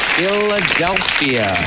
Philadelphia